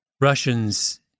Russians